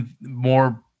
more